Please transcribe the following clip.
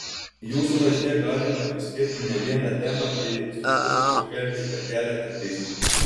jūsų laiške galima išskirti ne vieną temą ir į sunkumą pažvelgti per keletą prizmių